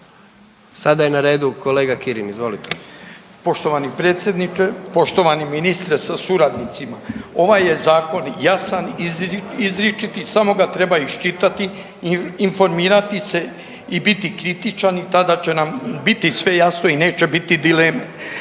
Sada je na redu kolega Kirin, izvolite. **Kirin, Ivan (HDZ)** Poštovani predsjedniče, poštovani ministre sa suradnicima. Ovaj je zakon jasan izričit i samo ga treba iščitati, informirati se i biti kritičan i tada će nam biti sve jasno i neće biti dileme.